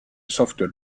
software